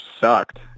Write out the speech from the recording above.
sucked